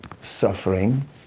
suffering